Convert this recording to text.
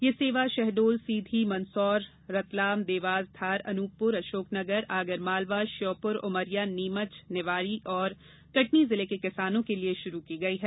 यह सेवा शहडोल सीधी मंदसौर रतलाम देवास धार अनूपपुर अशोकनगर आगर मालवा श्योपुर उमरिया नीमच निवाड़ी और कटनी जिले के किसानों के लिए शुरू की गई है